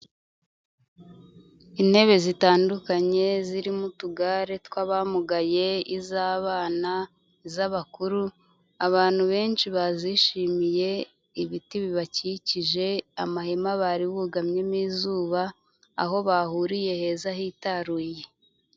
Intebe zitandukanye zirimo utugare tw'abamugaye iz'abana, iz'abakuru abantu benshi bazishimiye ibiti bibakikije amahema bari bu gamyemo izuba aho bahuriye heza hitaruye.